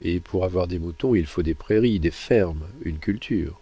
et pour avoir des moutons il faut des prairies des fermes une culture